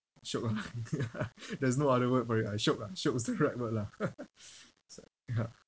shiok ah there's no other word for it ah shiok ah shiok is the right word lah so ya